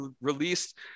released